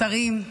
השרים,